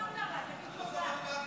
רבותיי, להלן תוצאות ההצבעה: